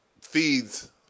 feeds